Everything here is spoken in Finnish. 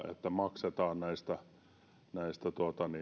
että maksetaan näistä näistä